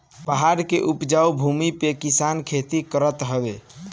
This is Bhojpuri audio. पहाड़ के उपजाऊ भूमि पे किसान खेती करत हवे